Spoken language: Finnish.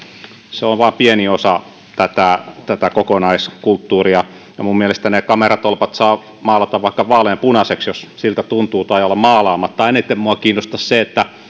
se on vain pieni osa tätä tätä kokonaiskulttuuria minun mielestäni ne kameratolpat saa maalata vaikka vaaleanpunaiseksi jos siltä tuntuu tai olla maalaamatta eniten minua kiinnostaisi se että